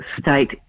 state